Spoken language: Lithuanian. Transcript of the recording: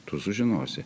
tu sužinosi